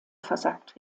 versagt